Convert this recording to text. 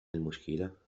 المشكلة